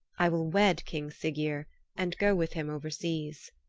i will wed king siggeir and go with him overseas.